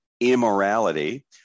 immorality